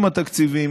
עם התקציבים,